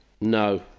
No